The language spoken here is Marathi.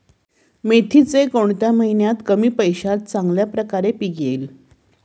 मेथीचे कोणत्या महिन्यात कमी पैशात चांगल्या प्रकारे पीक येईल?